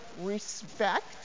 respect